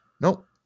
nope